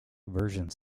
versions